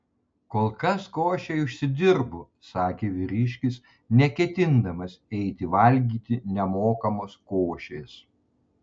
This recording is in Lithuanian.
kol kas košei užsidirbu sakė vyriškis neketindamas eiti valgyti nemokamos košės